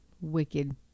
wicked